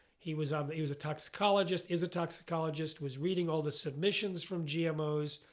he was ah but he was a toxicologist, is a toxicologist, was reading all the submissions from gmos